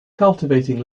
cultivating